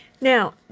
Now